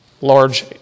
large